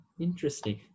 Interesting